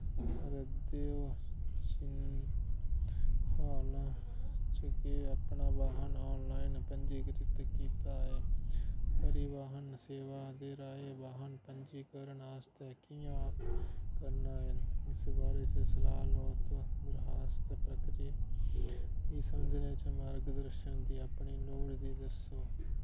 करै दे ओ जिनें हाल च गै अपना वाहन आनलाइन पंजीकृत कीता ऐ परिवाहन सेवाएं दे राहें वाहन पंजीकरण आस्तै कि'यां करना ऐ उस बारे च सलाह् लैओ प्रक्रिया मिगी समझने आस्तै मार्गदर्शन देओ अपना